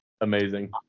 amazing